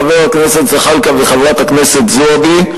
חבר הכנסת זחאלקה וחברת הכנסת זועבי,